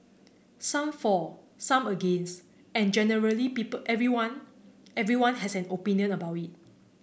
some for some against and generally people everyone everyone has an opinion about it